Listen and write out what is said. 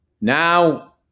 Now